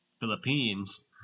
Philippines